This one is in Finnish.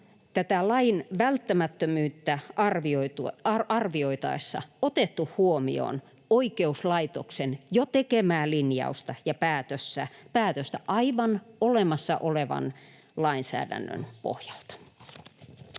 ole lain välttämättömyyttä arvioitaessa otettu huomioon oikeuslaitoksen jo tekemää linjausta ja päätöstä aivan olemassa olevan lainsäädännön pohjalta.